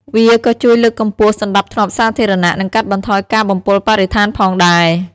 វាក៏ជួយលើកកម្ពស់សណ្តាប់ធ្នាប់សាធារណៈ និងកាត់បន្ថយការបំពុលបរិស្ថានផងដែរ។